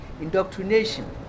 indoctrination